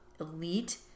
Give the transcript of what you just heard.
elite